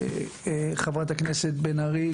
חברת הכנסת בן ארי,